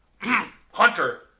Hunter